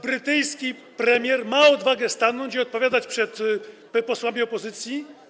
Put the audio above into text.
Brytyjski premier ma odwagę stanąć i odpowiadać przed posłami opozycji.